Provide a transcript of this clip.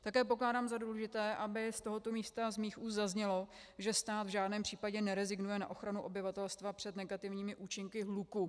Také pokládám za důležité, aby z tohoto místa z mých úst zaznělo, že stát v žádném případě nerezignuje na ochranu obyvatelstva před negativními účinky hluku.